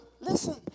Listen